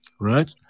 right